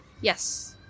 yes